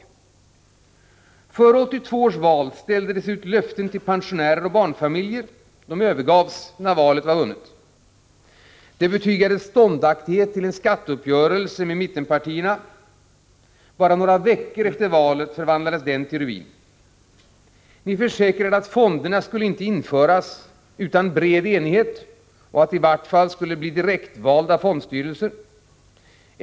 Före 1982 års val ställdes det ut löften till pensionärer och barnfamiljer som övergavs när valet var vunnet. Det betygades ståndaktighet till en skatteuppgörelse med mittenpartierna. Bara några veckor efter valet förvandlades den till ruiner. Ni försäkrade att fonderna inte skulle införas utan bred enighet och att det i varje fall skulle bli direktvalda fondstyrelser.